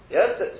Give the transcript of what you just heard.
Yes